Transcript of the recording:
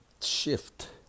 shift